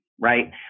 right